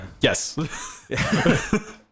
yes